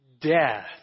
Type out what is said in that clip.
death